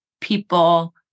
people